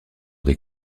des